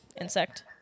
insect